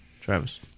Travis